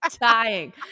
dying